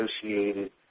associated